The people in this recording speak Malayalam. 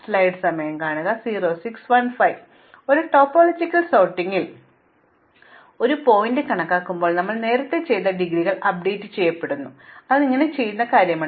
ഇപ്പോൾ ഒരു ടോപ്പോളജിക്കൽ സോർട്ടിൽ ഒരു ശീർഷകം കണക്കാക്കുമ്പോൾ ഞങ്ങൾ നേരത്തെ ചെയ്തത് ഡിഗ്രികൾ അപ്ഡേറ്റ് ചെയ്യുകയായിരുന്നു അതിനാൽ ഇത് ഞങ്ങൾ ഇതിനകം ചെയ്ത കാര്യമാണ്